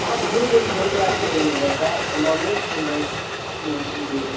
आप जो बोल देंगे आपको वही मिल जाएगा non veg and veg both included